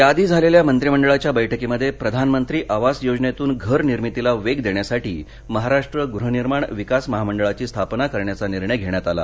त्याआधी झालेल्या मंत्रीमंडळाच्या बैठकीमध्ये प्रधानमंत्री आवास योजनेतून घर निर्मितीला वेग देण्यासाठी महाराष्ट्र गृहनिर्माण विकास महामंडळाची स्थापना करण्याचा निर्णय घेण्यात आला